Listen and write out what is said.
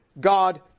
God